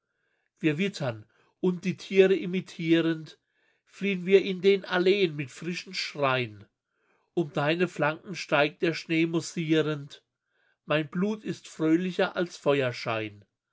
wir wittern und die tiere imitierend fliehn wir in den alleen mit frischen schrein um deine flanken steigt der schnee moussierend mein blut ist fröhlicher als feuerschein